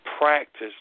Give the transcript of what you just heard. Practice